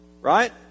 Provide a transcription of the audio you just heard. Right